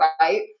right